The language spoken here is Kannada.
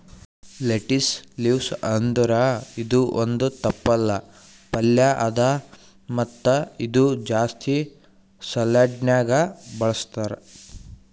ಲೆಟಿಸ್ ಲೀವ್ಸ್ ಅಂದುರ್ ಇದು ಒಂದ್ ತಪ್ಪಲ್ ಪಲ್ಯಾ ಅದಾ ಮತ್ತ ಇದು ಜಾಸ್ತಿ ಸಲಾಡ್ನ್ಯಾಗ ಬಳಸ್ತಾರ್